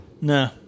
No